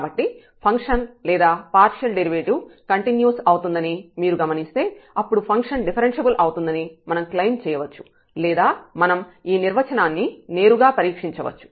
కాబట్టి ఫంక్షన్ లేదా partial derivative continuous అవుతుందని మీరు గమనిస్తే అప్పుడు ఫంక్షన్ డిఫరెన్ష్యబుల్ అవుతుందని మనం క్లెయిమ్ చేయవచ్చు లేదా మనం ఈ నిర్వచనాన్ని నేరుగా పరీక్షించవచ్చు